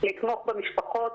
לתמוך במשפחות,